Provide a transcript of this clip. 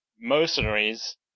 mercenaries